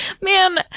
man